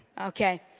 Okay